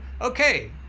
Okay